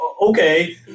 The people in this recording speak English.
Okay